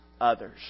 others